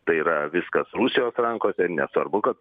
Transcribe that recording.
tai yra viskas rusijos rankose ir nesvarbu kad